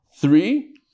three